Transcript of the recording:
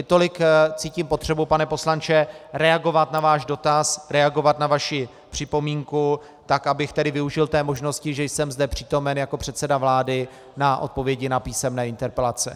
Tolik cítím potřebu, pane poslanče, reagovat na váš dotaz, reagovat na vaši připomínku, tak abych tedy využil té možnosti, že jsem zde přítomen jako předseda vlády na odpovědi na písemné interpelace.